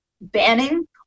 banning